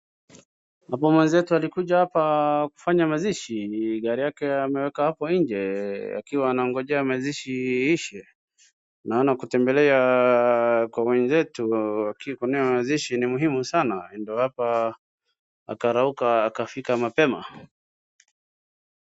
Hapa mwenzetu alikuja hapa kufanya mazishi, gari yake ameweka hapo njee akiwa anangoja mazishi iishe naona kutembelea kwa mwenzetu akionea mazishi ni muhimu sana ndio hapa akarauka akafika mapema.